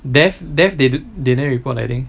death death they don~ they never report I think